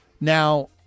Now